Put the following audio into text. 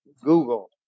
Google